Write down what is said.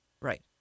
right